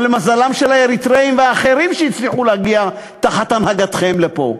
או למזלם של האריתריאים והאחרים שהצליחו להגיע תחת הנהגתכם לפה.